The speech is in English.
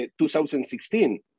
2016